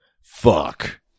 Fuck